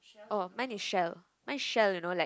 oh mine is shell shell you know like